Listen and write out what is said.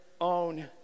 own